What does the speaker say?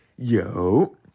Yo